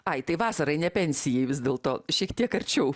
ai tai vasarai ne pensijai vis dėlto šiek tiek arčiau